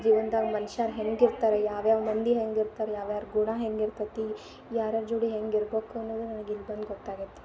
ಜೀವನ್ದಾಗ ಮನ್ಷಾರು ಹೆಂಗಿರ್ತಾರೆ ಯಾವ್ಯಾವ ಮಂದಿ ಹೆಂಗೆ ಇರ್ತಾರೆ ಯಾರ್ಯಾರ ಗುಣ ಹೇಗಿರ್ತತಿ ಯಾರ್ಯಾರ ಜೋಡಿ ಹೆಂಗೆ ಇರ್ಬೇಕು ಅನ್ನೋದು ನನಗೆ ಇಲ್ಲಿ ಬಂದು ಗೊತ್ತಾಗೈತಿ